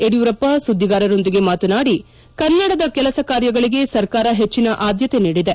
ಯಡಿಯೂರಪ್ಪ ಸುದ್ದಿಗಾರರೊಂದಿಗೆ ಮಾತನಾಡಿ ಕನ್ನಡದ ಕೆಲಸ ಕಾರ್ಯಗಳಿಗೆ ಸರ್ಕಾರ ಹೆಚ್ಚನ ಆದ್ಲತೆ ನೀಡಿದೆ